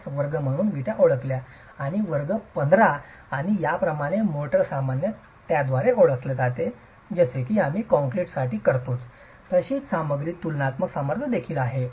5 वर्ग म्हणून विटा ओळखल्या वर्ग 15 आणि याप्रमाणे मोर्टार सामान्यत त्याद्वारे ओळखले जाते जसे की आम्ही कॉंक्रीटसाठी करतो तशीच सामग्रीची तुलनात्मक सामर्थ्य देखील आहे